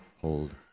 hold